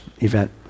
event